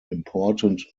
important